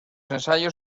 ensayos